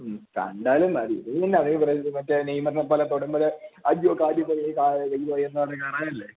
മ്മ് കണ്ടാലും മതി നീയും അതേപോലെ മറ്റേ നെയ്മറിനെ പോലെ തൊടുമ്പോള് അയ്യോ കാല് പോയേ കൈ പോയേയെന്നും പറഞ്ഞ് കാറാനല്ലേ